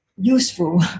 useful